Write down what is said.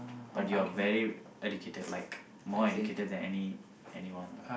but you are very educated like more educated than any anyone lah